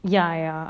ya ya